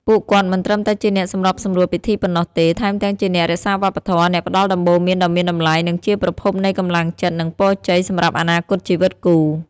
ពួកគាត់មិនត្រឹមតែជាអ្នកសម្របសម្រួលពិធីប៉ុណ្ណោះទេ ថែមទាំងជាអ្នករក្សាវប្បធម៌ អ្នកផ្ដល់ដំបូន្មានដ៏មានតម្លៃ និងជាប្រភពនៃកម្លាំងចិត្ត និងពរជ័យសម្រាប់អនាគតជីវិតគូ។